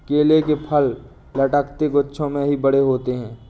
केले के फल लटकते गुच्छों में ही बड़े होते है